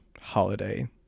holiday